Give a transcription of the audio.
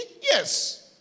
Yes